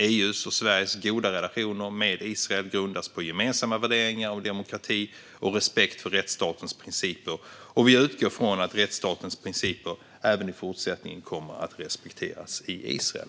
EU:s och Sveriges goda relationer med Israel grundas på gemensamma värderingar om demokrati och respekt för rättsstatens principer, och vi utgår från att rättsstatens principer även i fortsättningen kommer att respekteras i Israel.